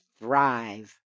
thrive